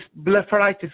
blepharitis